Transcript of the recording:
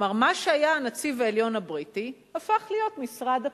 מה שהיה הנציב העליון הבריטי הפך להיות משרד הפנים.